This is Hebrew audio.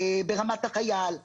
ברמת החיל.